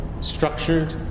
structured